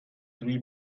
three